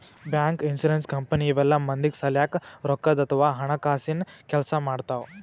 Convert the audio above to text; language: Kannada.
ಬ್ಯಾಂಕ್, ಇನ್ಸೂರೆನ್ಸ್ ಕಂಪನಿ ಇವೆಲ್ಲ ಮಂದಿಗ್ ಸಲ್ಯಾಕ್ ರೊಕ್ಕದ್ ಅಥವಾ ಹಣಕಾಸಿನ್ ಕೆಲ್ಸ್ ಮಾಡ್ತವ್